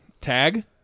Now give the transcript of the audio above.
Tag